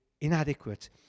inadequate